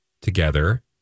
together